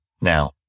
Now